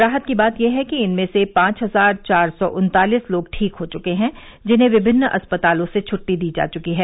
राहत की बात यह है इनमें से पांच हजार चार सौ उन्तालीस लोग ठीक हो चुके हैं जिन्हें विभिन्न अस्पतालों से छुट्टी दी जा चुकी है